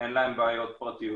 אין להם בעיות פרטיות.